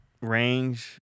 range